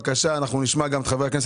אנחנו נשמע גם את חברי הכנסת